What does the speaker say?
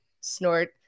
Snort